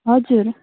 हजुर